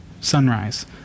sunrise